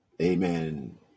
Amen